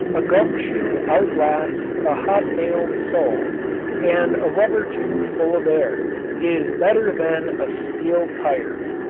a gumshoe outlasts a hobnailed sole and a rubber tube full of air is better than a steel tire.